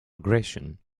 aggression